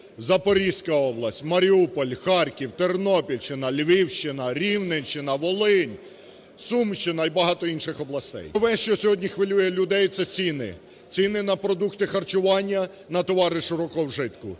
Запорізька область, Маріуполь, Харків, Тернопільщина, Львівщина, Рівненщина, Волинь, Сумщина – і багато інших областей. Ключове, що сьогодні хвилює людей, – це ціни. Ціни на продукти харчування, на товари широкого вжитку.